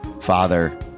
father